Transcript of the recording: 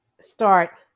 start